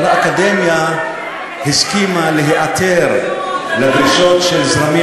אבל האקדמיה הסכימה להיעתר לדרישות של זרמים